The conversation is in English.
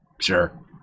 Sure